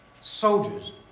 soldiers